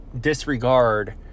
disregard